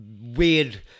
weird